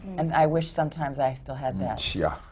and i wish sometimes i still had that. yeah!